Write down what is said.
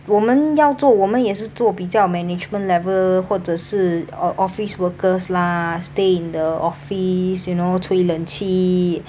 我们要做我们也是做比较 management level 或者是 or office workers lah stay in the office you know 吹冷气